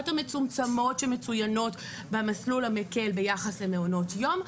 המצומצמות שמצוינות במסלול המקל ביחס למעונות יום,